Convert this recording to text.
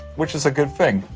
which is a good thing.